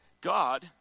God